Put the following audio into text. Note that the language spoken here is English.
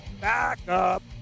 Backup